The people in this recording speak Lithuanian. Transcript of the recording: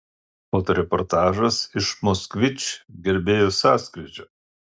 fotoreportažas iš moskvič gerbėjų sąskrydžio